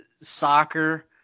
soccer